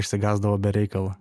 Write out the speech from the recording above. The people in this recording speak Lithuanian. išsigąsdavo be reikalo